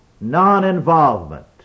Non-involvement